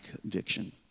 conviction